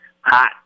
hot